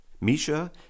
Misha